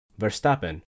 Verstappen